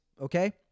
okay